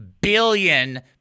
billion